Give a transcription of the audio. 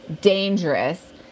dangerous